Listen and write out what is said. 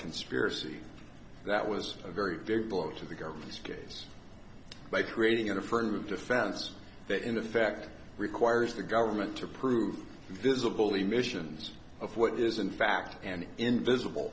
conspiracy that was a very big blow to the government's case by creating an affirmative defense that in effect requires the government to prove visible the missions of what is in fact an invisible